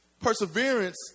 Perseverance